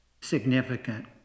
significant